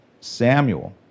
Samuel